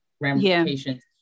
ramifications